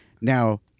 Now